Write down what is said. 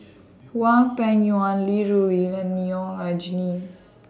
Hwang Peng Yuan Li Rulin and Neo Anngee